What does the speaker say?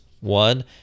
One